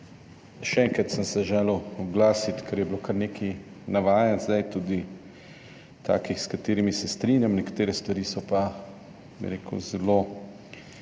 Še enkrat sem se želel oglasiti, ker je bilo kar nekaj navajanj, tudi takih, s katerimi se strinjam, nekatere stvari so pa, bi rekel, zelo